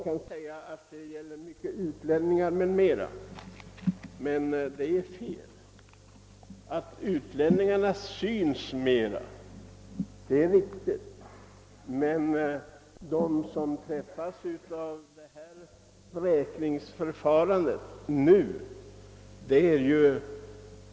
Man säger att det i många fall gäller utlänningar. Men det är fel — det förhåller sig bara så, att utlänningarna märks mera.